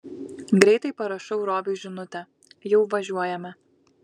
greitai parašau robiui žinutę jau važiuojame